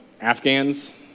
Afghans